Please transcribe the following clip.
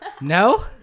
No